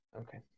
okay